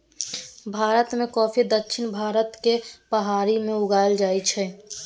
भारत मे कॉफी दक्षिण भारतक पहाड़ी मे उगाएल जाइ छै